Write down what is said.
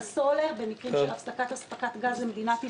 סולר במקרים של הפסקת אספקת גז למדינת ישראל.